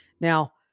Now